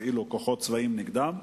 כשהפעילו כוחות צבאיים נגדם.